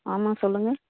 ஆமாம் சொல்லுங்கள்